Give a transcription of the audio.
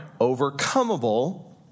overcomable